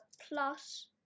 plus